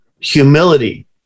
humility